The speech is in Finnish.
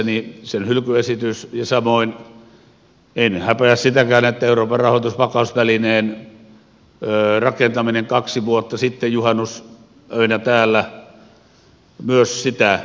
olen siitä ylpeä ja samoin en häpeä sitäkään että kaksi vuotta sitten juhannusöinä täällä vastustin myös euroopan rahoitusvakausvälineen rakentamista